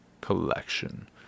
collection